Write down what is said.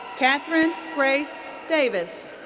kathryn grace davis.